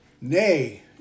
Nay